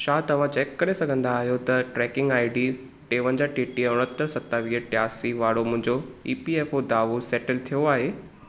छा तव्हां चेक करे सघंदा आहियो त ट्रैकिंग आई डी टेवंंजाहु टेटीह उणहतरि सतावीह टियासी वारो मुंहिंजो ईपीएफ़ओ दावो सेटल थियो आहे